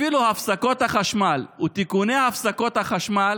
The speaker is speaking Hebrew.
אפילו הפסקות החשמל, או תיקוני הפסקות החשמל,